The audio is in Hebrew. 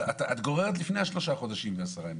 את גוררת לפני השלושה חודשים ו-10 ימים.